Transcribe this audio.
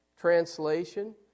translation